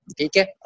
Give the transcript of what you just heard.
Okay